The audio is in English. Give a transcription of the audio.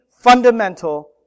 fundamental